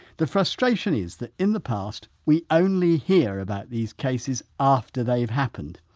the frustration is that in the past we only hear about these cases after they've happened.